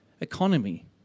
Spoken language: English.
economy